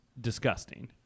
disgusting